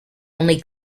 only